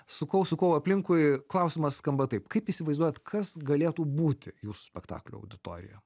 sukau sukau aplinkui klausimas skamba taip kaip įsivaizduojat kas galėtų būti jūsų spektaklio auditorija